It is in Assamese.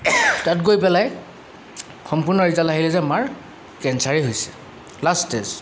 তাত গৈ পেলাই সম্পূৰ্ণ ৰিজাল্ট আহিলে যে মাৰ কেঞ্চাৰেই হৈছে লাষ্ট ষ্টেজ